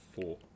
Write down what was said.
four